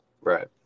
right